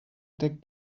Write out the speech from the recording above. deg